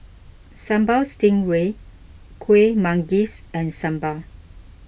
Sambal Stingray Kuih Manggis and Sambal